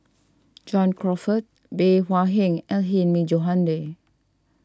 John Crawfurd Bey Hua Heng and Hilmi Johandi